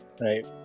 right